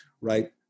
right